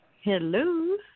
Hello